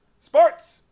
Sports